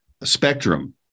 spectrum